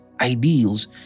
ideals